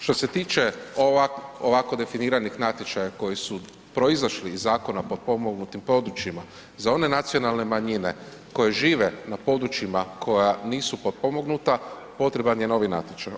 Što se tiče ovako definiranih natječaja koji su proizašli iz Zakona o potpomognutim područjima za one nacionalne manjine koje žive na područjima koja nisu potpomognuta potreban je novi natječaj.